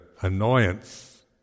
annoyance